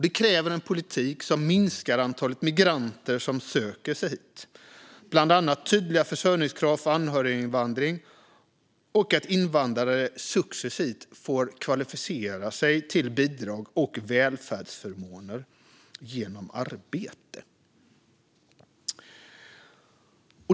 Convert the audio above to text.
Det kräver en politik som minskar antalet migranter som söker sig hit, bland annat tydliga försörjningskrav för anhöriginvandring och att invandrare successivt får kvalificera sig till bidrag och välfärdsförmåner genom arbete.